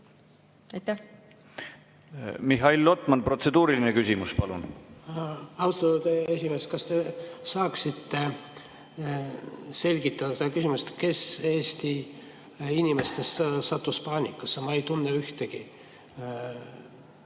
Mihhail Lotman, protseduuriline küsimus, palun! Austatud esimees, kas te saaksite selgitada, kes Eesti inimestest sattus paanikasse? Ma ei tunne ühtegi.